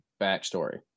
backstory